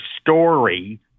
story